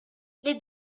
les